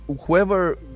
whoever